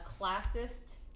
classist